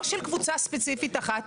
לא של קבוצה ספציפית אחת,